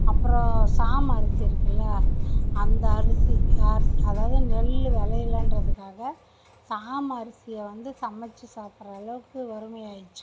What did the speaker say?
அப்புறோம் சாமை அரிசி இருக்குல்ல அந்த அரிசி அதாவது நெல்லு விளையிலன்றதுக்காக சாமை அரிசியை வந்து சமச்சு சாப்பிட்ற அளவுக்கு வறுமை ஆயிருச்சு